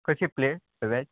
कशी plate veg